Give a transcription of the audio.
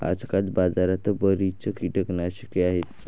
आजकाल बाजारात बरीच कीटकनाशके आहेत